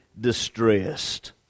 distressed